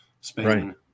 spain